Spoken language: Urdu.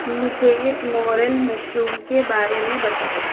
مجھے موریل مشروم کے بارے میں بتاؤ